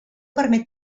permet